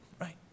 right